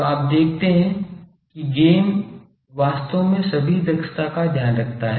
तो आप देखते हैं कि गैन वास्तव में सभी दक्षता का ध्यान रखता है